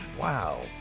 Wow